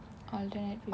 alternate